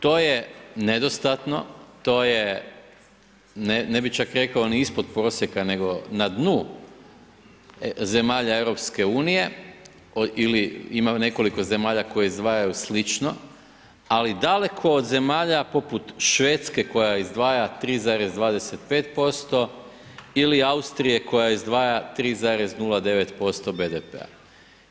To je nedostatno, to je bi čak rekao ni ispod prosjeka nego na dnu zemalja EU-a ili ima nekoliko zemalja koje izdvajaju slično, ali daleko od zemalja poput Švedske koja izdvaja 3,25% ili Austrije koja izdvaja 3,09% BDP-a.